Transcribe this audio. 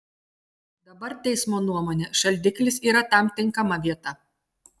dabar teismo nuomone šaldiklis yra tam tinkama vieta